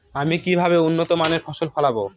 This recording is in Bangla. আমি কিভাবে উন্নত মানের ফসল ফলাবো?